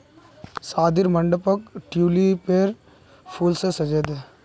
शादीर मंडपक ट्यूलिपेर फूल स सजइ दे